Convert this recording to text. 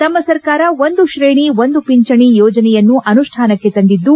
ತಮ್ನ ಸರ್ಕಾರ ಒಂದು ತ್ರೇಣಿ ಒಂದು ಪಿಂಚಣಿ ಯೋಜನೆಯನ್ನು ಅನುಷ್ಠಾನಕ್ಕೆ ತಂದಿದ್ದು